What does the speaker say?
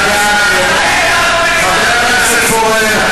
חבר הכנסת פורר,